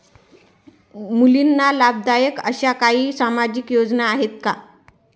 मुलींना लाभदायक अशा काही सामाजिक योजना आहेत का?